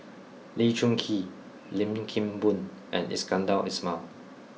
Lee Choon Kee Lim Kim Boon and Iskandar Ismail